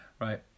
right